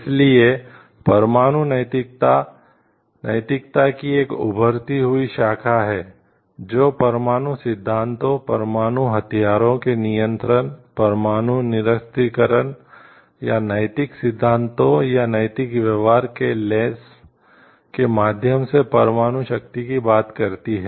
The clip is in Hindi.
इसलिए परमाणु नैतिकता नैतिकता की एक उभरती हुई शाखा है जो परमाणु सिद्धांतों परमाणु हथियारों के नियंत्रण परमाणु निरस्त्रीकरण या नैतिक सिद्धांतों या नैतिक व्यवहार के लेंस के माध्यम से परमाणु शक्ति की बात करती है